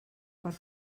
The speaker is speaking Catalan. per